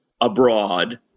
abroad